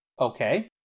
Okay